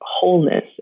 wholeness